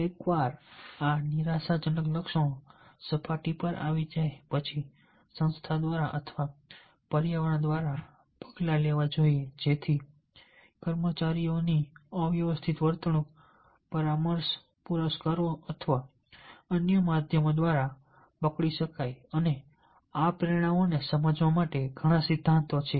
એકવાર આ નિરાશાજનક લક્ષણો સપાટી પર આવી જાય પછી સંસ્થા દ્વારા અથવા પર્યાવરણ દ્વારા પગલાં લેવા જોઈએ જેથી કર્મચારીઓની અવ્યવસ્થિત વર્તણૂક પરામર્શ પુરસ્કારો અથવા અન્ય માધ્યમો દ્વારા પકડી શકાય અને આ પ્રેરણાઓને સમજાવવા માટે ઘણા સિદ્ધાંતો છે